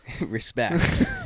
Respect